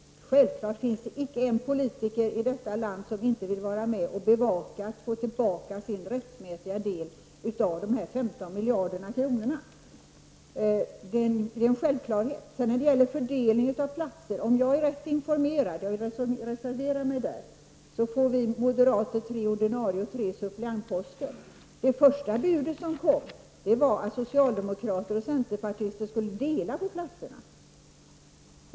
Självfallet finns det icke en politiker i detta land som inte vill vara med och bevaka och få tillbaka sin rättmätiga del av dessa 15 miljarder kronor. Om jag är rätt informerad när det gäller fördelningen av platser, och på den punkten vill jag reservera mig, får vi moderater tre ordinarie och tre suppleantposter. Enligt det första budet som kom skulle socialdemokraterna och centerpartisterna dela på platserna.